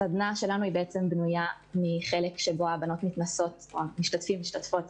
הסדנא שלנו בנויה מחלק שבו המשתתפים והמשתתפות